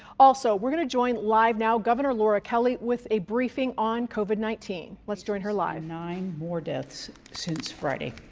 also, we're going to join live now governor laura kelly with a briefing on covid nineteen. let's join her life nine more deaths since friday.